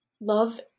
love